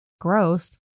gross